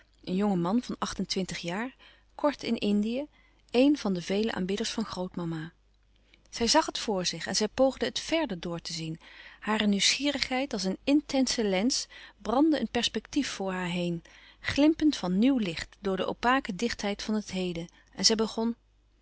een jonge man van acht-en-twintig jaar kort in indië éen van de vele aanbidders van grootmama zij zàg het voor zich en zij poogde het vèrder door te zien hare louis couperus van oude menschen de dingen die voorbij gaan nieuwsgierigheid als een intense lens brandde een perspectief voor haar heen glimpend van nieuw licht door de opaque dichtheid van het heden en zij begon